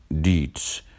deeds